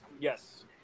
Yes